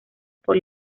por